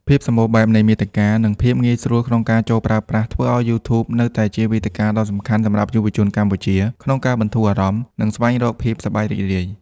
ភាពសម្បូរបែបនៃមាតិកា និងភាពងាយស្រួលក្នុងការចូលប្រើប្រាស់ ធ្វើឲ្យ YouTube នៅតែជាវេទិកាដ៏សំខាន់សម្រាប់យុវជនកម្ពុជាក្នុងការបន្ធូរអារម្មណ៍ និងស្វែងរកភាពសប្បាយរីករាយ។